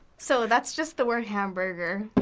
so, that's just the word hamburger.